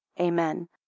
Amen